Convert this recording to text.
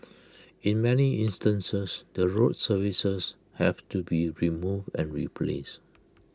in many instances the road surfaces have to be removed and replaced